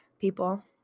people